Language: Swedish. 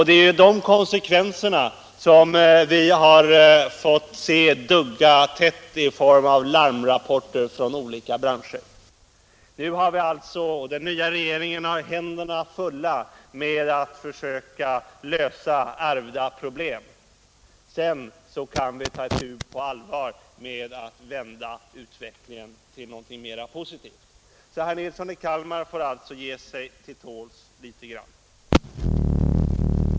Det är ju konsekvenserna av den som vi nu har fått se dugga tätt i form av larmrapporter från olika branscher. Den nya regeringen har händerna fulla med att försöka 127 lösa ärvda problem. Sedan kan vi ta itu på allvar med att vända utvecklingen till någonting mera positivt. Herr Nilsson i Kalmar får alltså ge sig till tåls litet grand.